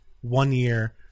one-year